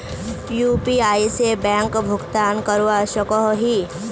UPI से bank भुगतान करवा सकोहो ही?